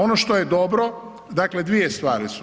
Ono što je dobro, dakle dvije stvari su.